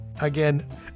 again